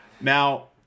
Now